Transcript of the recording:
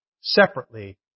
separately